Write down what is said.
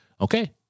Okay